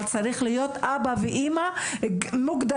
אבל צריכים להיות אבא ואימא מוגדרים,